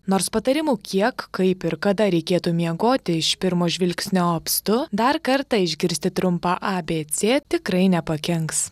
nors patarimų kiek kaip ir kada reikėtų miegoti iš pirmo žvilgsnio apstu dar kartą išgirsti trumpą a bė cė tikrai nepakenks